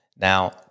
Now